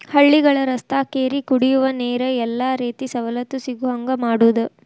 ಹಳ್ಳಿಗಳ ರಸ್ತಾ ಕೆರಿ ಕುಡಿಯುವ ನೇರ ಎಲ್ಲಾ ರೇತಿ ಸವಲತ್ತು ಸಿಗುಹಂಗ ಮಾಡುದ